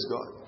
God